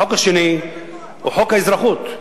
החוק השני הוא חוק האזרחות,